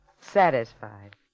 satisfied